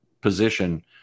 position